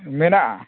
ᱢᱮᱱᱟᱜᱼᱟ